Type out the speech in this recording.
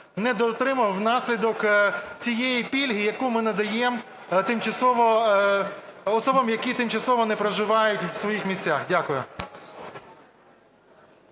недоотримав внаслідок цієї пільги, яку ми надаємо особам, які тимчасово не проживають в своїх місцях. Дякую.